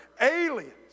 aliens